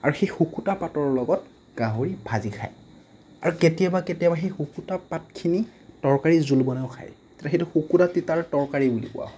আৰু সেই শুকুতা পাতৰ লগত গাহৰি ভাজি খাই আৰু কেতিয়াবা কেতিয়াবা সেই শুকুতা পাতখিনি তৰকাৰি জোল বনাইও খাই সেইটো শুকুতা তিতাৰ তৰকাৰি বুলিও কোৱা হয়